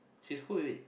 she is cool with it